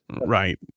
Right